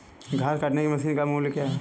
घास काटने की मशीन का मूल्य क्या है?